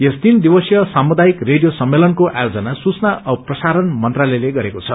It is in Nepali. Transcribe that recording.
यस तीन दिवसीय सामुदायिक रेडियो सम्मेलनको आयोजन सूचना औ प्रसारण मन्त्रालयले गरेको छ